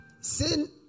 sin